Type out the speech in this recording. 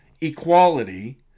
equality